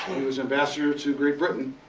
he was ambassador to great britain,